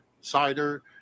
cider